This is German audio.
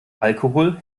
alkohol